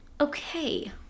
Okay